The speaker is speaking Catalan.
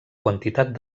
quantitat